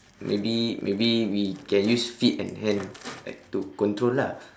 maybe maybe we can use feet and hand like to control lah